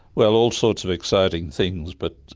well, all sorts of exciting things, but